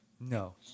no